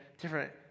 different